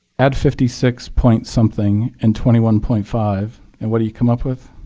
add fifty six point something and twenty one point five and what do you come up with?